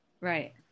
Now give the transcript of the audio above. Right